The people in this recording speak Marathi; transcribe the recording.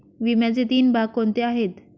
विम्याचे तीन भाग कोणते आहेत?